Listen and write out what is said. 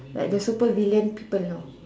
like the supper villain people you know